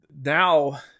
now